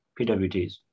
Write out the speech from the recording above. pwts